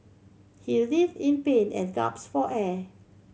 he writhed in pain and gasped for air